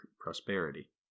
prosperity